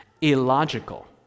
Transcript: illogical